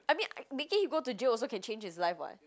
I mean making him go to jail also can change his life [what]